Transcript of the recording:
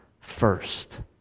first